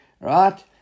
Right